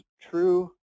true